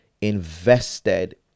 invested